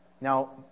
Now